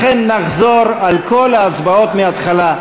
לכן נחזור על כל ההצבעות מההתחלה.